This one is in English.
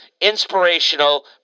inspirational